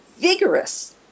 vigorous